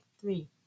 Three